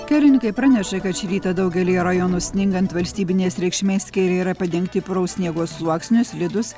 kelininkai praneša kad šį rytą daugelyje rajonų sningant valstybinės reikšmės keliai yra padengti puraus sniego sluoksniu slidūs